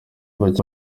bake